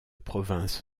province